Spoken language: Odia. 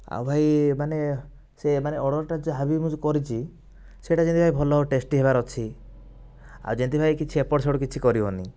ଆଉ ଭାଇ ମାନେ ସେ ମାନେ ଅର୍ଡ଼ରଟା ଯାହାବି ମୁଁ କରିଛି ସେଇଟା ଯେମିତି ଭଲ ଭାବେ ଟେଷ୍ଟି ହବାର ଅଛି ଆଉ ଯଦି ଭାଇ କିଛି ଏପଟ ସେପଟ କିଛି କରିବନି